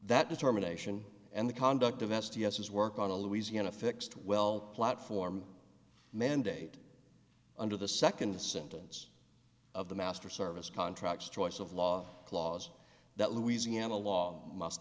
that determination and the conduct of s t s his work on a louisiana fixed well platform mandate under the second sentence of the master service contracts choice of law clause that louisiana law must